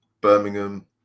Birmingham